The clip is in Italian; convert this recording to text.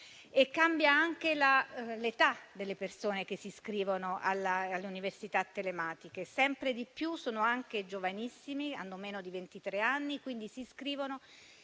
Cambia anche l'età delle persone che si iscrivono alle università telematiche: sempre di più sono giovanissimi, che hanno meno di ventitré anni, quindi si scrivono